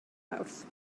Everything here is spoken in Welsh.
mawrth